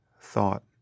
thought